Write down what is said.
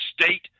state